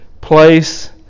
place